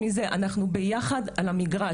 אנחנו ביחד על המגרש,